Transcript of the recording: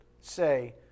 say